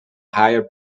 higher